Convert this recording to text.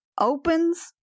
opens